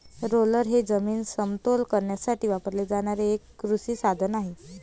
roller हे जमीन समतल करण्यासाठी वापरले जाणारे एक कृषी साधन आहे